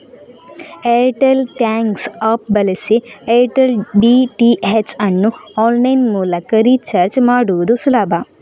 Airtel thanks app ಬಳಸಿ Airtel DTH ಅನ್ನು online ಮೂಲಕ ರೀಚಾರ್ಜ್ ಮಾಡುದು ಸುಲಭ